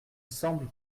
semble